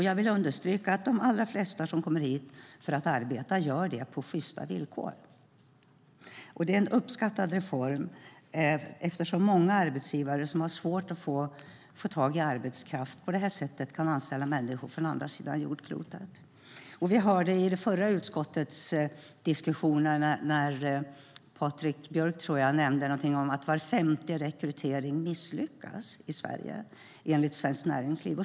Jag vill understryka att de allra flesta som kommer hit för att arbeta gör det på sjysta villkor, och det är en uppskattad reform eftersom många arbetsgivare som haft svårt att få tag på arbetskraft på det här sättet kan anställa människor från andra sidan jordklotet. Vi hörde i det förra utskottets diskussion när Patrik Björck nämnde någonting om att var femte rekrytering misslyckas i Sverige enligt Svenskt Näringsliv.